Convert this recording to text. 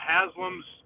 Haslam's